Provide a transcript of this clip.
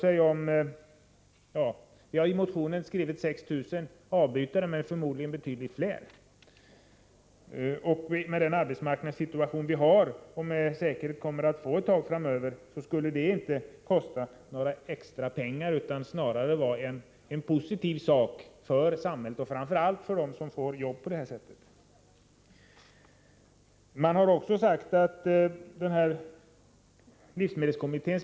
I motionen har vi skrivit 6 000 avbytare, men förmodligen rör det sig om betydligt fler. Med den arbetsmarknadssituation som vi har och med säkerhet kommer att ha en tid framöver skulle det inte kosta några extra pengar utan snarare vara positivt för samhället och framför allt för dem som på detta sätt får jobb.